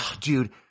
dude